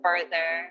further